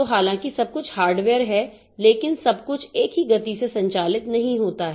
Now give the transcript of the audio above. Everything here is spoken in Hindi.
तो हालांकि सब कुछ हार्डवेयर है लेकिन सब कुछ एक ही गति से संचालित नहीं होता है